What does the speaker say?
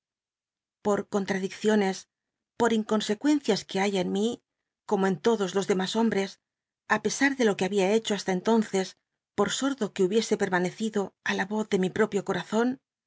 por conhadiccioncs por inconsecuencias que hay en mj como en todos los demas hombres á pesar de lo que habia hecho hasta entonces pot sordo que hubiese pcmanccido ú la voz de mi lo tínico propio corazon